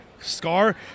Scar